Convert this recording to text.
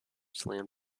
slam